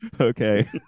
Okay